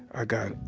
i got,